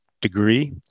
degree